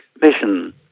Mission